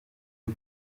eux